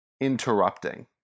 interrupting